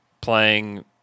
playing